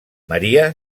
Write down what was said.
maria